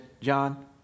john